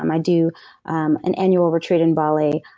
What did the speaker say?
um i do um an annual retreat in bali,